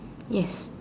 yes